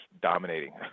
dominating